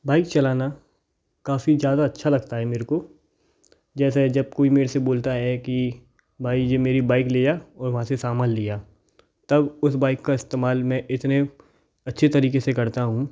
bike चलाना काफ़ी ज़्यादा अच्छा लगता है मेरे को जैसे जब कोई मेरे से बोलता है कि भाई ये मेरी बाइक ले जा और वहाँ से समान ले आ तब उस बाइक का इस्तेमाल मैं इतने अच्छे तरीक़े से करता हूँ